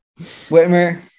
Whitmer